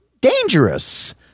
dangerous